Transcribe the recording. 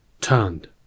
turned